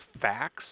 facts